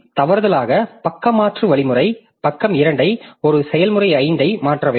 எனவே தவறுதலாக பக்க மாற்று வழிமுறை பக்கம் 2 ஐ ஒரு செயல்முறை 5 ஐ மாற்ற வேண்டும்